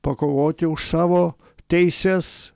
pakovoti už savo teises